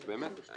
אז באמת,